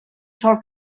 sol